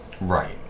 right